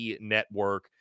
Network